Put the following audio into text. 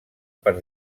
per